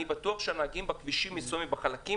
אני בטוח שהנהגים בכבישים מסוימים בחלקים